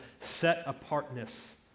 set-apartness